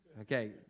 Okay